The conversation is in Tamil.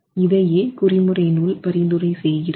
இதையே குறிமுறை நூல் பரிந்துரை செய்கிறது